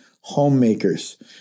homemakers